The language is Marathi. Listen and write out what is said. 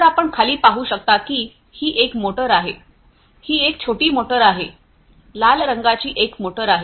तर आपण खाली पाहू शकता की ही एक मोटर आहे ही एक छोटी मोटर आहे लाल रंगाची एक मोटर आहे